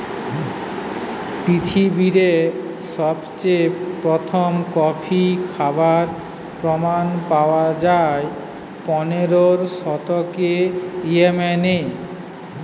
পৃথিবীরে সবচেয়ে প্রথম কফি খাবার প্রমাণ পায়া যায় পনেরোর শতকে ইয়েমেনে